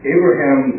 Abraham